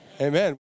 Amen